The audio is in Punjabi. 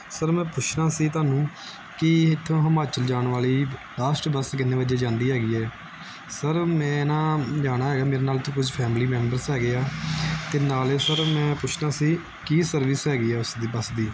ਸਰ ਮੈਂ ਪੁੱਛਣਾ ਸੀ ਤੁਹਾਨੂੰ ਕਿ ਇੱਥੋਂ ਹਿਮਾਚਲ ਜਾਣ ਵਾਲੀ ਲਾਸਟ ਬੱਸ ਕਿੰਨੇ ਵਜੇ ਜਾਂਦੀ ਹੈਗੀ ਹੈ ਸਰ ਮੈਂ ਨਾ ਜਾਣਾ ਹੈਗਾ ਮੇਰੇ ਨਾਲ ਇੱਥੇ ਕੁਛ ਫੈਮਿਲੀ ਮੈਂਬਰਸ ਹੈਗੇ ਆ ਅਤੇ ਨਾਲੇ ਸਰ ਮੈਂ ਪੁੱਛਣਾ ਸੀ ਕੀ ਸਰਵਿਸ ਹੈਗੀ ਆ ਉਸ ਦੀ ਬੱਸ ਦੀ